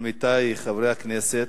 עמיתי חברי הכנסת,